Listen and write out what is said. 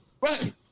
Right